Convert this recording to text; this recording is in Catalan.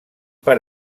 per